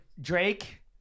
Drake